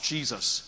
Jesus